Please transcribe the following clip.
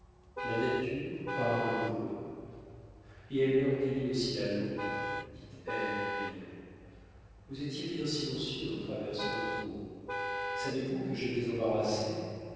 la nature parle pour eux et elle leur délie aussi la langue dit ève en riant vous étiez bien silencieux en traversant l'houmeau savez-vous que j'étais embarrassée